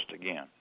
again